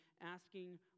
asking